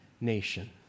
nation